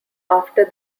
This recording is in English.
after